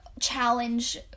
challenge